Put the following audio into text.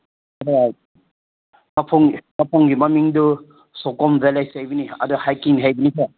ꯃꯐꯝꯒꯤ ꯃꯃꯤꯡꯗꯨ ꯁꯣꯀꯣꯝ ꯕꯤꯂꯦꯖ ꯍꯥꯏꯕꯅꯤ ꯑꯗ ꯍꯥꯏꯛꯀꯤꯡ ꯍꯥꯏꯕꯅꯤꯀꯣ